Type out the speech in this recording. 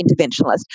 interventionalist